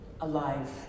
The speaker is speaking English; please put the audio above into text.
alive